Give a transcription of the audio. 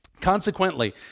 Consequently